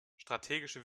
strategische